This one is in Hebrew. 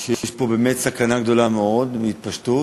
ויש פה באמת סכנה גדולה מאוד של התפשטות.